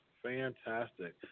fantastic